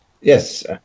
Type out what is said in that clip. yes